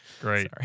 Great